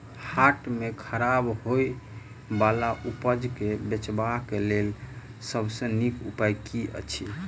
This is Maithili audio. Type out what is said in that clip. हाट मे खराब होय बला उपज केँ बेचबाक क लेल सबसँ नीक उपाय की अछि?